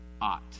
ought